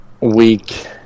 week